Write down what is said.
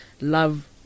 Love